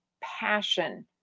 passion